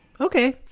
okay